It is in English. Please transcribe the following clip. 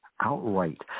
outright